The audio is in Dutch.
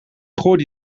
gooide